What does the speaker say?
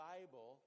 Bible